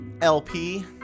LP